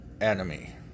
enemy